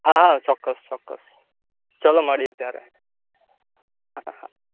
હા હા ચોક્કસ ચોક્કસ ચાલો મળીએ ત્યારે હા હા